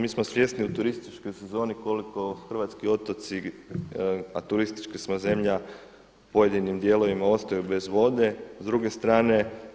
Mi smo svjesni u turističkoj sezoni koliko hrvatski otoci, a turistička smo zemlja, u pojedinim dijelovima ostaju bez vode s druge strane.